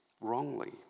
wrongly